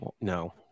No